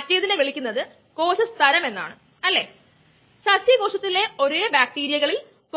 P എന്ന് വിളിക്കാം അത് k 3 concentration of enzyme substrate complex volume V